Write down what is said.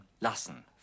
lassen